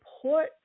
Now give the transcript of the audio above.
support